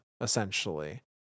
essentially